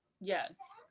Yes